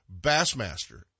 Bassmaster